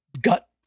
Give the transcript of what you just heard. gut